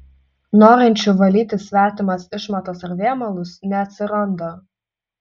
norinčių valyti svetimas išmatas ar vėmalus neatsiranda